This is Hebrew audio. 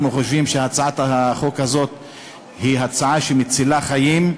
אנחנו חושבים שהצעת החוק הזו היא הצעה שמצילה חיים.